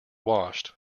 washed